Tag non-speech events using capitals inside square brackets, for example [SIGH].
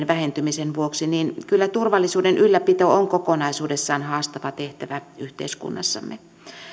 [UNINTELLIGIBLE] vähentymisen vuoksi niin kyllä turvallisuuden ylläpito on kokonaisuudessaan haastava tehtävä yhteiskunnassamme